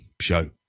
show